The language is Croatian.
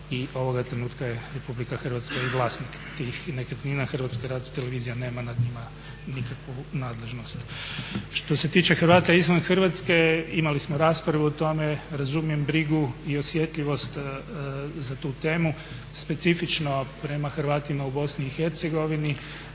i ovoga trenutka je RH i vlasnik tih nekretnina, HRT nema nad njima nikakvu nadležnost. Što se tiče Hrvata izvan Hrvatske imali smo raspravu o tome, razumijem brigu i osjetljivost za tu temu. Specifično prema Hrvatima u BiH mi